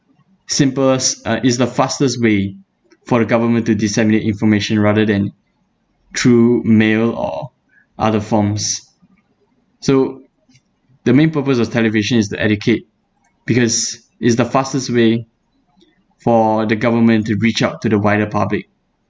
simplest uh is the fastest way for the government to disseminate information rather than through mail or other forms so the main purpose of television is to educate because it's the fastest way for the government to reach out to the wider public